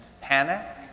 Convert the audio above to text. panic